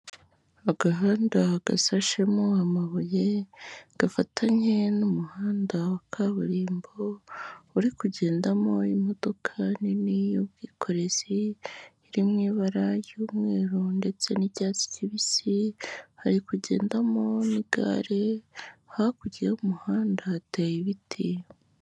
Agahanda gasashemo amabuye gafatanye n'umuhanda wa kaburimbo, uri kugendamo imodoka nini y'ubwikorezi iri mu ibara ry'umweru ndetse n'icyatsi kibisi, hari kugendamo n'igare, hakurya y'umuhanda hateye ibiti.